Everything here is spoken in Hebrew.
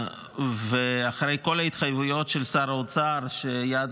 ואחרי כל ההתחייבויות של שר האוצר שיעד